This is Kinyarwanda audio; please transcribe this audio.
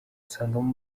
usangamo